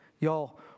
y'all